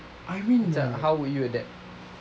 how will you adapt